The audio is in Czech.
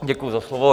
Děkuji za slovo.